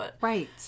Right